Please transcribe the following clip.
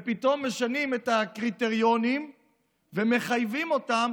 פתאום משנים את הקריטריונים ומחייבים אותם